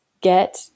get